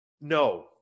No